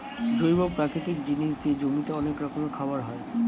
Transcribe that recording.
জৈব প্রাকৃতিক জিনিস দিয়ে জমিতে অনেক রকমের খাবার হয়